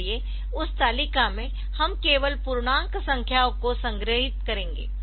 इसलिए उस तालिका में हम केवल पूर्णांक संख्याओं को संग्रहीत करेंगे